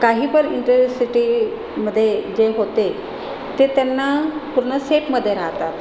काही पण इंटरसिटीमध्ये जे होते ते त्यांना पूर्ण सेफमध्ये राहतात